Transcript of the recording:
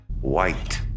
White